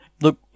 Look